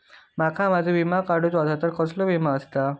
माका माझो विमा काडुचो असा तर कसलो विमा आस्ता?